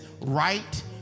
right